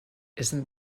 isn’t